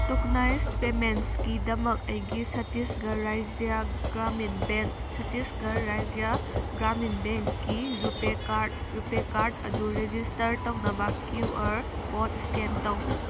tokenize ꯄꯦꯃꯦꯟꯁꯃꯤꯗꯃꯛ ꯑꯩꯒꯤ Chhattisgarh Rajya Gramin bank Chhattisgarh Rajya Gramin ꯕꯦꯡꯒꯤ ꯔꯨꯄꯦ ꯀꯥꯔꯠ ꯔꯨꯄꯦ ꯀꯥꯔꯠ ꯑꯗꯨ ꯔꯦꯖꯤꯁꯇꯔ ꯇꯧꯅꯕ ꯀ꯭ꯌꯨ ꯑꯔ ꯀꯣꯗ ꯏꯁꯀꯦꯟ ꯇꯧ